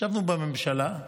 ישבנו בממשלה,